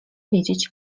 wiedzieć